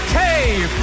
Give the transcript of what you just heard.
cave